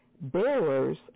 bearers